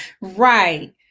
Right